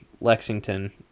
Lexington